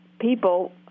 people